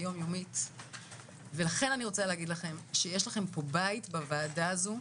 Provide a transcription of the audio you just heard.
היומיומית ולכן אני רוצה להגיד לכם שיש לכם פה בית בוועדה הזו,